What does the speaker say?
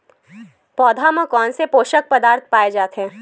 पौधा मा कोन से पोषक पदार्थ पाए जाथे?